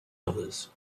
others